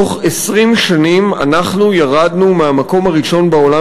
בתוך 20 שנים ירדנו מהמקום הראשון בעולם